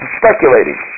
speculating